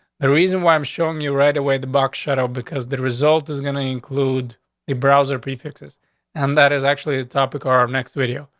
the reason why i'm showing you right away the box shadow, the result is going to include the browser prefixes and that is actually a topic our um next video.